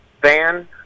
van